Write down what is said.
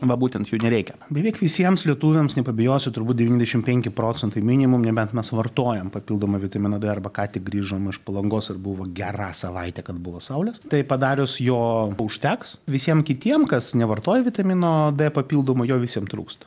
va būtent jų nereikia beveik visiems lietuviams nepabijosiu turbūt devyniasdešim penki procentai minimum nebent mes vartojam papildomai vitaminą d arba ką tik grįžom iš palangos ir buvo gera savaitė kad buvo saulės tai padarius jo užteks visiem kitiem kas nevartoja vitamino d papildomai jo visiem trūksta